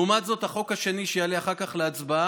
לעומת זאת, החוק השני, שיעלה אחר כך להצבעה,